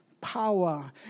power